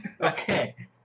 Okay